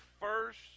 first